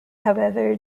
however